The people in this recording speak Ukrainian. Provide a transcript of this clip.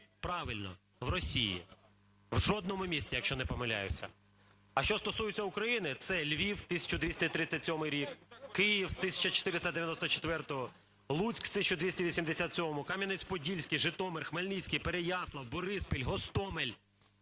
Правильно: в Росії. В жодному місті, якщо я не помиляюся. А що стосується України, це Львів (1237 рік), Київ (з 1494-го), Луцьк (1287), Кам'янець-Подільський, Житомир, Хмельницький, Переяслав, Бориспіль, Гостомель.